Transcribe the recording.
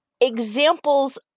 examples